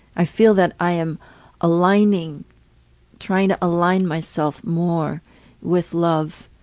i feel that i am aligning trying to align myself more with love